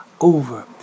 over